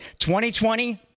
2020